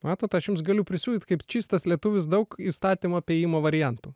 matot aš jums galiu pasiūlyt kaip čystas lietuvis daug įstatymo apėjimo variantų